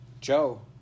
Joe